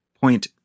point